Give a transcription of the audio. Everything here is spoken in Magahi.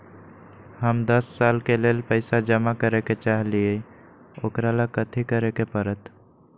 हम दस साल के लेल पैसा जमा करे के चाहईले, ओकरा ला कथि करे के परत?